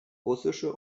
russische